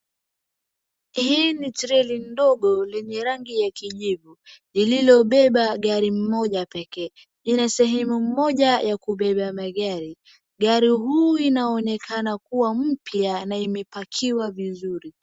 Hii ni treli ndogo lenye rangi ya kijivu lililobeba gari moja pekee. Ina sehemu moja ya kubeba magari. Gari huu inaonekana kuwa mpya na imepakiwa vizuri.